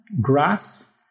grass